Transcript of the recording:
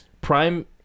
prime